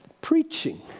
preaching